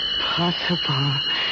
possible